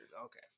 okay